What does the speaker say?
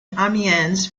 amiens